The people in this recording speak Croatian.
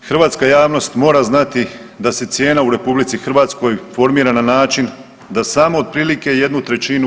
Hrvatska javnost mora znati da se cijena u RH formira na način da samo otprilike 1/